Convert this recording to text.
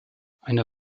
eine